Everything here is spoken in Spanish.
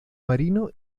marino